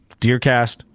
Deercast